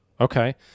Okay